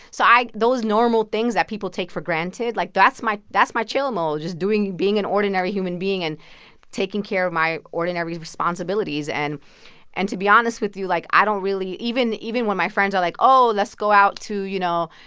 so i those normal things that people take for granted? like, that's my that's my chill mode, just doing being an ordinary human being and taking care of my ordinary responsibilities and and to be honest with you, like, i don't really even even when my friends are like, oh, let's go out to, you know,